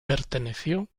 perteneció